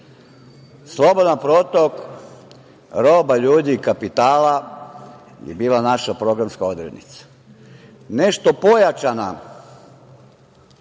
Slobodan protok roba, ljudi, kapitala je bila naša programska odrednica. Nešto pojačana